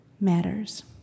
matters